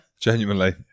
genuinely